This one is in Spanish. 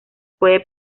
puede